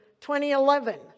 2011